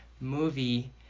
movie